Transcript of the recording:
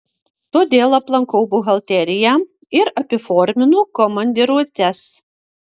todėl aplankau buhalteriją ir apiforminu komandiruotes